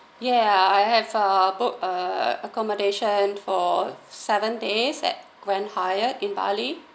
yeah I have uh booked accommodation for seven days at grand Hyatt in bali